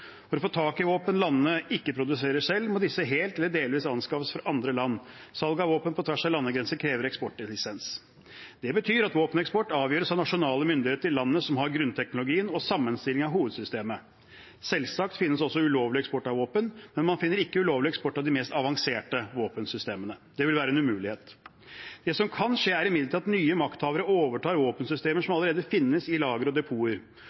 For å få tak i våpen landene ikke produserer selv, må disse helt eller delvis anskaffes fra andre land. Salg av våpen på tvers av landegrenser krever eksportlisens. Det betyr at våpeneksport avgjøres av nasjonale myndigheter i landet som har grunnteknologien og sammenstillingen av hovedsystemet. Selvsagt finnes også ulovlig eksport av våpen, men man finner ikke ulovlig eksport av de mest avanserte våpensystemene. Det ville være en umulighet. Det som kan skje, er imidlertid at nye makthavere overtar våpensystemer som allerede finnes i lagre og